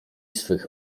swych